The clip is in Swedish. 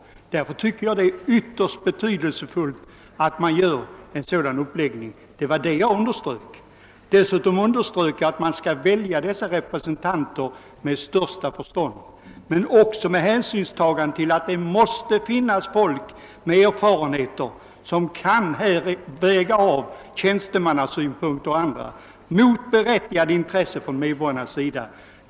Därför tycker jag att en sådan placering är ytterst betydelsefull. Det var det jag underströk. Dessutom poängterade jag att man skall välja dessa representanter efter bästa förstånd men också under hänsynstagande till att det måste finnas folk med erfarenheter som kan avväga tjänstemannasynpunkter och andra synpunkter mot berättigade intressen från medborgarnas sida.